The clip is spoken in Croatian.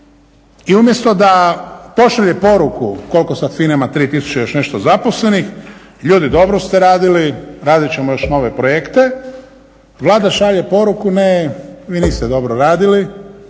i umjesto da pošalje poruku, koliko sad FINA ima 3 tisuće i još nešto zaposlenih, ljudi dobro ste radili, radit ćemo još nove projekte. Vlada šalje poruku ne vi niste dobro radili,